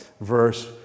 verse